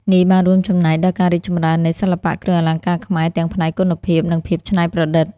នេះបានរួមចំណែកដល់ការរីកចម្រើននៃសិល្បៈគ្រឿងអលង្ការខ្មែរ ទាំងផ្នែកគុណភាព និងភាពច្នៃប្រឌិត។